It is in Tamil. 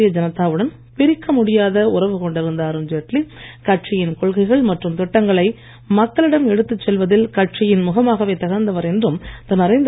பாரதிய ஜனதா வுடன் பிரிக்க முடியாத உறவு கொண்டிருந்த அருண்ஜெட்லி கட்சியின் கொள்கைகள் மற்றும் திட்டங்களை மக்களிடம் எடுத்து செல்வதில் கட்சியின் முகமாகவே திகழ்ந்தவர் என்றும் திரு